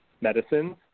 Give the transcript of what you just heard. medicines